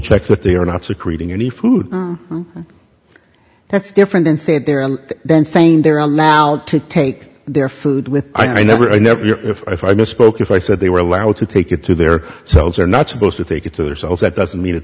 check that they are not so creating any food that's different than sit there and then saying they're allowed to take their food with i never i never if i misspoke if i said they were allowed to take it to their cells are not supposed to take it to their cells that doesn't mean